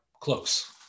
close